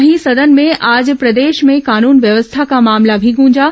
वहीं सदन में आज प्रदेश में कानून व्यवस्था का मामला भी गूंजा